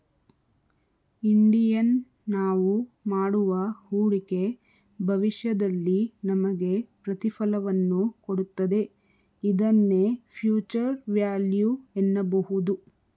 Indian ನಾವು ಮಾಡುವ ಹೂಡಿಕೆ ಭವಿಷ್ಯದಲ್ಲಿ ನಮಗೆ ಪ್ರತಿಫಲವನ್ನು ಕೊಡುತ್ತದೆ ಇದನ್ನೇ ಫ್ಯೂಚರ್ ವ್ಯಾಲ್ಯೂ ಎನ್ನಬಹುದು